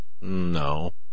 No